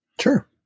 Sure